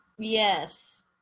Yes